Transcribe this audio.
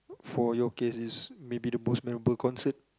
for your cases maybe the most memorable concert